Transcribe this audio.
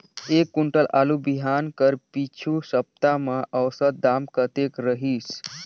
एक कुंटल आलू बिहान कर पिछू सप्ता म औसत दाम कतेक रहिस?